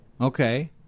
Okay